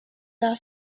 off